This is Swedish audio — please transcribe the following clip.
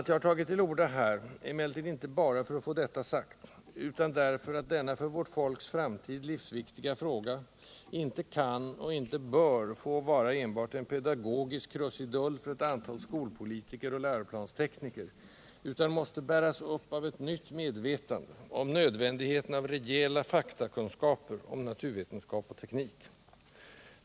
Att jag tagit till orda här är emellertid inte bara för att få detta sagt, utan därför att denna för vårt folks framtid livsviktiga fråga inte kan och inte bör få vara enbart en pedagogisk krusidull för ett antal skolpolitiker och läroplanstekniker utan måste bäras upp av ett nytt medvetande om nödvändigheten av rejäla faktakunskaper om naturvetenskap och teknik.